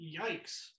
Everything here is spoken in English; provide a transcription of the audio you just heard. Yikes